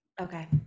Okay